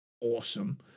awesome